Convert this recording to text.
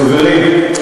חברים,